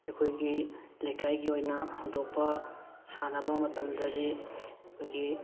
ꯑꯩꯈꯣꯏꯒꯤ ꯂꯩꯀꯥꯏꯒꯤ ꯑꯣꯏꯅ ꯍꯧꯗꯣꯛꯄ ꯁꯥꯟꯅꯕ ꯃꯇꯝꯗꯗꯤ ꯑꯩꯈꯣꯏꯒꯤ